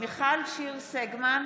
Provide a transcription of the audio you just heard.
מיכל שיר סגמן,